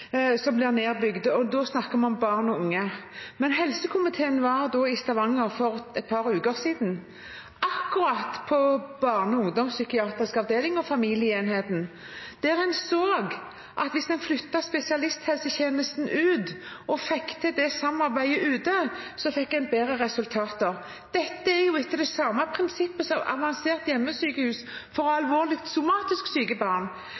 et par uker siden, akkurat på barne- og ungdomspsykiatrisk avdeling og familieenheten, der en så at hvis en flyttet spesialisthelsetjenesten ut og fikk til samarbeidet ute, fikk en bedre resultater. Dette er etter det samme prinsippet som avansert hjemmesykehus for alvorlig somatisk syke barn.